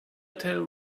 tell